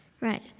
Right